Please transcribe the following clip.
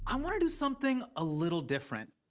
um want to do something a little different.